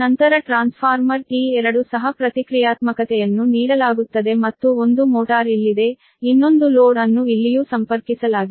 ನಂತರ transformer T2 ಸಹ ಪ್ರತಿಕ್ರಿಯಾತ್ಮಕತೆಯನ್ನು ನೀಡಲಾಗುತ್ತದೆ ಮತ್ತು ಒಂದು ಮೋಟಾರ್ ಇಲ್ಲಿದೆ ಇನ್ನೊಂದು ಲೋಡ್ ಅನ್ನು ಇಲ್ಲಿಯೂ ಸಂಪರ್ಕಿಸಲಾಗಿದೆ